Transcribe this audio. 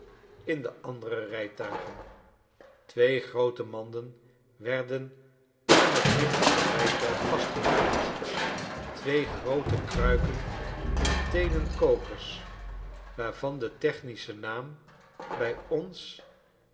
in de andere rijtuigen twee groote manden werden aan t lichtste rij tuig vastgemaakt twee groote kruiken in teenen kokers waarvan de technische naam bij ons